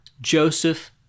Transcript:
Joseph